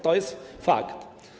To jest fakt.